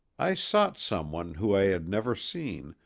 i sought someone whom i had never seen,